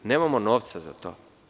Nemamo novca za to.